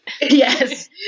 Yes